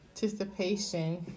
participation